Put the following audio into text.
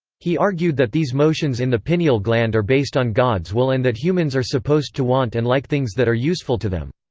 he argued that these motions in the pineal gland are based on god's will and that humans are supposed to want and like things that are useful to them.